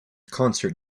concert